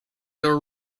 their